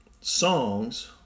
songs